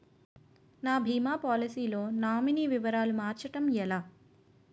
నా భీమా పోలసీ లో నామినీ వివరాలు మార్చటం ఎలా?